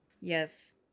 yes